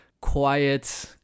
quiet